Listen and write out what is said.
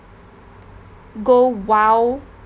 go wild